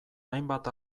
hainbat